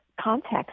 context